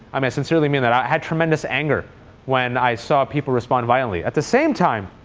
um i sincerely mean that. i had tremendous anger when i saw people respond violently. at the same time,